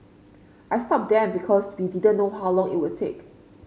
I stopped them because we didn't know how long it would take